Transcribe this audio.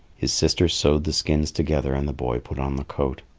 his sister sewed the skins together and the boy put on the coat.